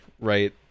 right